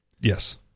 Yes